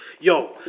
yo